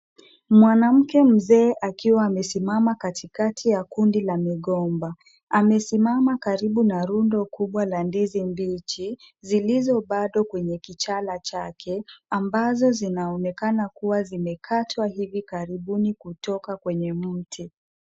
Mwanamke mzee akiwa amesimama katikati ya kundi la migomba. Amesimama karibu na rundo kubwa la ndizi mbichi zilizo bado kwenye kichala chake ambazo zinaonekana kuwa zimekatwa hivi karibuni kutoka kwenye mti.